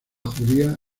judía